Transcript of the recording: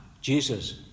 Jesus